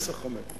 עשר, חמש.